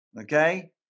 okay